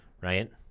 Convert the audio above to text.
Right